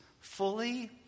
fully